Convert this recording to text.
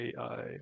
ai